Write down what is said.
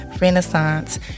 Renaissance